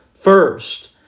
first